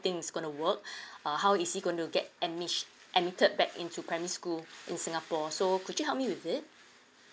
thing is gonna work uh how is he going to get any admis~ admitted back into primary school in singapore so could you help me with it